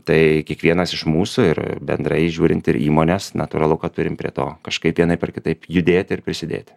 tai kiekvienas iš mūsų ir bendrai žiūrint ir įmonės natūralu kad turim prie to kažkaip vienaip ar kitaip judėt ir prisidėti